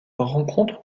rencontre